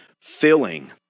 filling